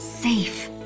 safe